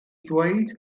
ddweud